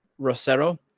rosero